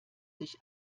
sich